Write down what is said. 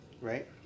right